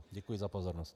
Děkuji za pozornost.